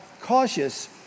cautious